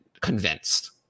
convinced